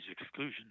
Exclusion